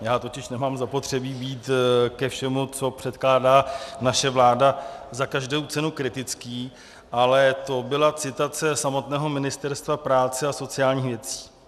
Já totiž nemám zapotřebí být ke všemu, co předkládá naše vláda za každou cenu kritický, ale to byla citace samotného Ministerstva práce a sociálních věcí.